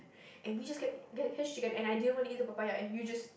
and we just kept getting cashew chicken and I didn't want to eat the papaya and you just